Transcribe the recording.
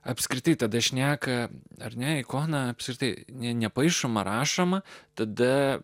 apskritai tada šneka ar ne ikona apskritai nepaišoma rašoma tada